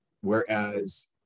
Whereas